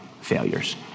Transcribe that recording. failures